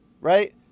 right